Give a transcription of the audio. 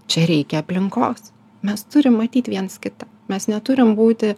čia reikia aplinkos mes turim matyt viens kitą mes neturim būti